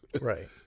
Right